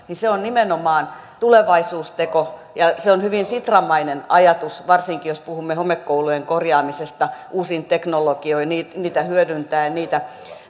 on nimenomaan tulevaisuusteko ja hyvin sitramainen ajatus varsinkin jos puhumme homekoulujen korjaamisesta uusin teknologioin niitä hyödyntäen niitä